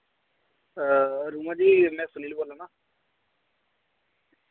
रोमा जी में सुनील बोल्ला ना